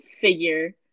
figure